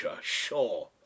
sure